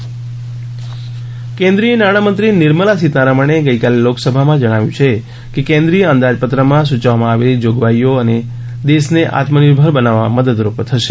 લોકસભા નાણામંત્રી કેન્દ્રીય નાણાંમંત્રી નિર્મલા સીતારમણે ગઈકાલે લોકસભામાં જણાવ્યું કે કેન્દ્રિય અંદાજપત્રમાં સૂચવવામાં આવેલી જોગવાઈઓ દેશને આત્મનિર્ભર બનાવવા મદદરૂપ થશે